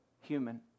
human